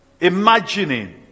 imagining